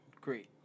Great